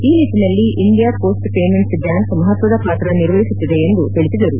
ಈ ನಿಟ್ಟನಲ್ಲಿ India post payments bank ಮಹತ್ವದ ಪಾತ್ರ ನಿರ್ವಹಿಸುತ್ತದೆ ಎಂದು ತಿಳಿಸಿದರು